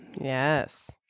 Yes